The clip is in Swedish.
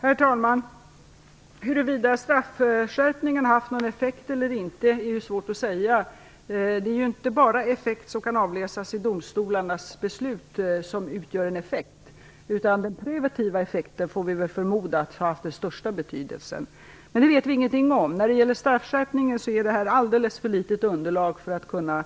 Herr talman! Huruvida straffskärpningen haft någon effekt eller inte är svårt att säga. Det är ju inte bara domstolarnas beslut som utgör en effekt. Vi får väl förmoda att den preventiva effekten har haft den största betydelsen, men det vet vi ingenting om. Underlaget är alldeles för litet för att man skall kunna